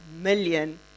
million